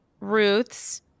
Ruths